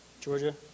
Georgia